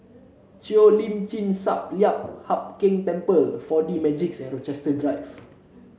Cheo Lim Chin Sun Lian Hup Keng Temple Four D Magix and Rochester Drive